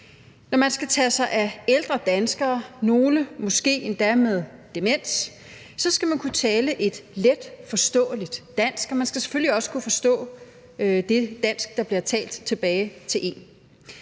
Når man skal tage sig af ældre danskere, nogle måske endda med demens, så skal man kunne tale et letforståeligt dansk, og man skal selvfølgelig også kunne forstå det dansk, der bliver talt tilbage til en.